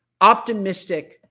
optimistic